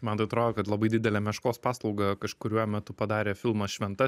man tai atrodo kad labai didelę meškos paslaugą kažkuriuo metu padarė filmas šventa